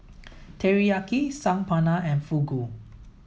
Teriyaki Saag Paneer and Fugu